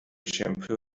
shampoo